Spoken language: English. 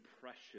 precious